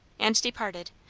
and departed,